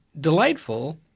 delightful